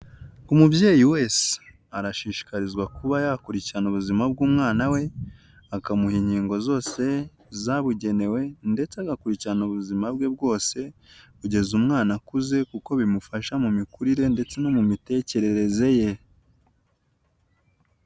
Umubyeyi wese arashishikarizwa kuba yakurikirana ubuzima bw'umwana we, akamuha inkingo zose zabugenewe ndetse agakurikirana ubuzima bwe bwose kugeza umwana akuze kuko bimufasha mu mikurire ndetse no mu mitekerereze ye.